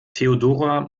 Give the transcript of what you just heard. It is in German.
theodora